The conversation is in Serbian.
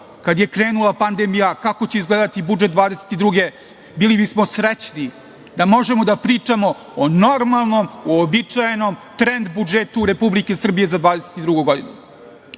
kada je krenula pandemija kako će izgledati budžet 2022. godine bili bismo srećni da možemo da pričamo o normalnom, o uobičajenom trend budžetu Republike Srbije za 2022. godinu. Kada